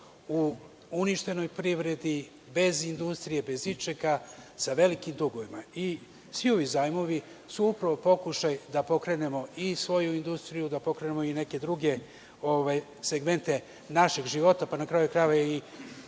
u uništenoj privredi, bez industrije, bez ičega, sa velikim dugovima i svi ovi zajmovi su upravo pokušaj da pokrenemo i svoju industriju, da pokrenemo i neke druge segmente našeg života, pa na kraju krajeva